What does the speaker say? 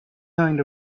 kind